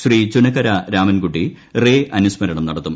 ശ്രീ ചുനക്കര രാമൻകുട്ടി റേ അനുസ്മരണം നടത്തും